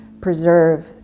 preserve